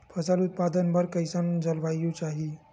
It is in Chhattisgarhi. फसल उत्पादन बर कैसन जलवायु चाही?